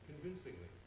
convincingly